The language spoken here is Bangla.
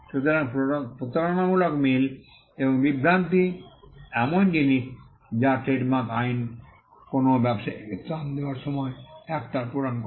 সুতরাং প্রতারণামূলক মিল এবং বিভ্রান্তি এমন জিনিস যা ট্রেডমার্ক আইন কোনও ব্যবসায়ীকে ত্রাণ দেওয়ার সময় ফ্যাক্টর পূরণ করে